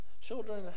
Children